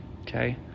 Okay